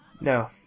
No